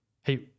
hey